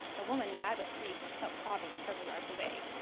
a woman, mad with grief sat sobbing several yards away.